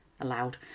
Allowed